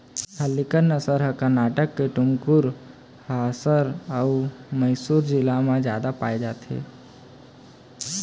हल्लीकर नसल ह करनाटक म टुमकुर, हासर अउ मइसुर जिला म जादा पाए जाथे